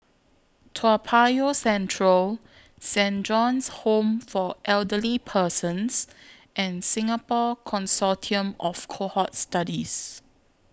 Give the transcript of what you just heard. Toa Payoh Central Saint John's Home For Elderly Persons and Singapore Consortium of Cohort Studies